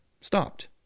stopped